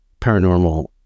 paranormal